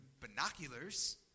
binoculars